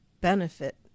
benefit